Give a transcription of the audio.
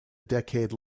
decade